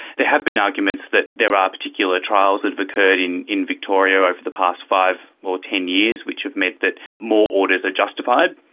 there have been arguments that there are particular trials that have occurred in in victoria over the past five or ten years which have meant that more orders are justified,